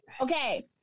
okay